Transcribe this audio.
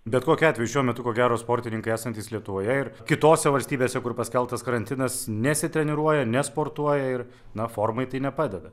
bet kokiu atveju šiuo metu ko gero sportininkai esantys lietuvoje ir kitose valstybėse kur paskelbtas karantinas nesitreniruoja nesportuoja ir na formai tai nepadeda